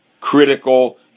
critical